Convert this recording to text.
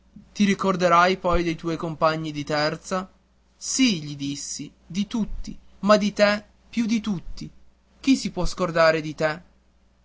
ti ricorderai poi dei tuoi compagni di terza sì gli dissi di tutti ma di te più che di tutti chi si può scordare di te